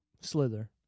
Slither